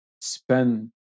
spend